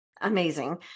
amazing